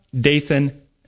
dathan